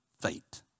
fate